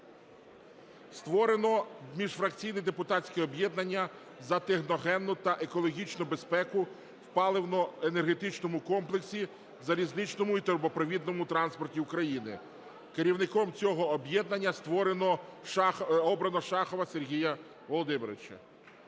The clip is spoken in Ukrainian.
Створено міжфракційне депутатське об'єднання "За техногенну та екологічну безпеку в паливно-енергетичному комплексі, в залізничному і трубопровідному транспорті України". Керівником цього об'єднання обрано Шахова Сергія Володимировича.